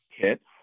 kits